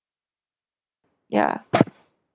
ya